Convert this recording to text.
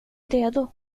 redo